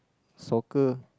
soccer